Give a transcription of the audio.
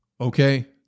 Okay